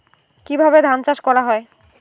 কিভাবে ধান চাষ করা হয়?